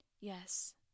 Yes